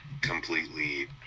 completely